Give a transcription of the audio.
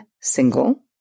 single